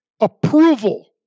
approval